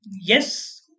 Yes